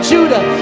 Judah